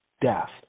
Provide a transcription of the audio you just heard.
death